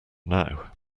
now